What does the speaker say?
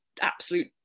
absolute